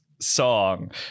song